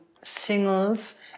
singles